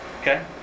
Okay